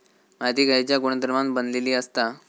माती खयच्या गुणधर्मान बनलेली असता?